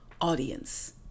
audience